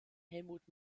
helmut